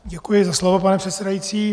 Děkuji za slovo, pane předsedající.